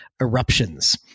eruptions